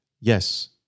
yes